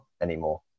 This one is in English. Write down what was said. anymore